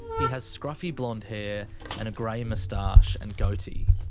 he has scruffy blonde hair and a grey moustache and goatee.